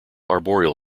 arboreal